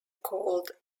called